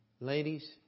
ladies